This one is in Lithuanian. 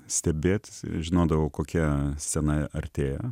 stebėt žinodavau kokia scena artėja